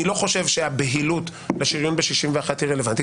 אני לא חושב שהבהילות לשריון ב-61 היא רלוונטית.